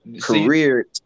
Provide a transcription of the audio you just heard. career